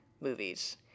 movies